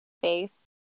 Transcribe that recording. face